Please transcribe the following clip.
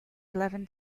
eleven